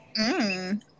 Mmm